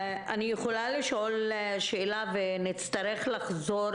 אני רוצה לשאול שאלה ונצטרך לחזור,